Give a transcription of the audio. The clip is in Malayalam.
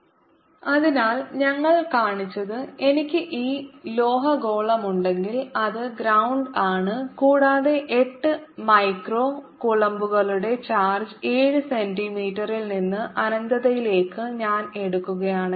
0 Joules അതിനാൽ ഞങ്ങൾ കാണിച്ചത് എനിക്ക് ഈ ലോഹഗോളമുണ്ടെങ്കിൽ അത് ഗ്രൌണ്ട് ആണ് കൂടാതെ 8 മൈക്രോ കൂളംബുകളുടെ ചാർജ് 7 സെന്റീമീറ്ററിൽ നിന്ന് അനന്തതയിലേക്ക് ഞാൻ എടുക്കുകയാണെങ്കിൽ